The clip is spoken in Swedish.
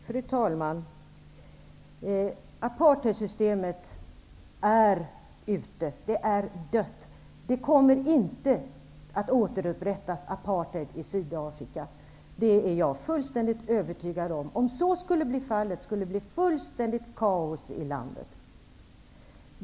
Fru talman! Apartheidsystemet är ute. Det är dött. Apartheidsystemet kommer inte att återupprättas i Sydafrika. Det är jag fullständigt övertygad om. Om apartheidsystemet skulle återupprättas, skulle det nämligen bli fullständigt kaos i landet.